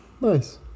Nice